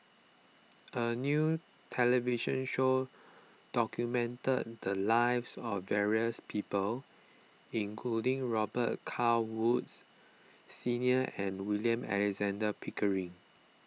a new television show documented the lives of various people including Robet Carr Woods Senior and William Alexander Pickering